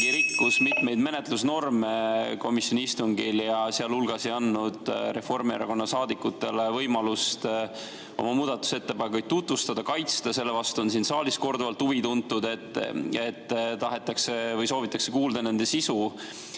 ikkagi mitmeid menetlusnorme, sealhulgas ei andnud ta Reformierakonna saadikutele võimalust oma muudatusettepanekuid tutvustada, kaitsta. Selle vastu on siin saalis korduvalt huvi tuntud, et tahetakse või soovitakse kuulda nende sisu,